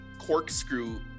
corkscrew